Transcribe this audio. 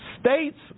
States